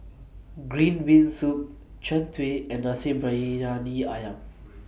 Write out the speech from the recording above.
Green Bean Soup Jian Dui and Nasi Briyani Ayam